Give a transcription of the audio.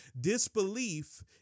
Disbelief